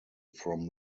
from